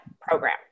program